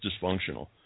dysfunctional